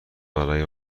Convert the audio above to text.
برای